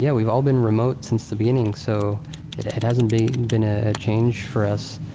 yeah we've all been remote since the beginning. so it it hasn't been and been a change for us.